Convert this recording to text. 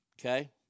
okay